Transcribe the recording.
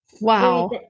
Wow